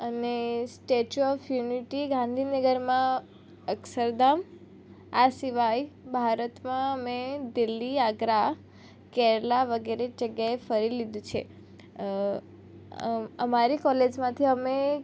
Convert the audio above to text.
અને statue of unity ગાંધીનગરમાં અક્ષરધામ આ સિવાય ભારતમાં અમે દિલ્હી આગ્રા કેરળ વગેરે જગ્યાએ ફરી લીધું છે અમારી કોલેજમાંથી અમે